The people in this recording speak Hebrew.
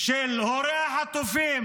של הורי החטופים,